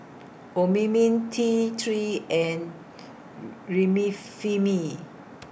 Obimin T three and Remifemin